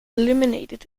eliminated